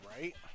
right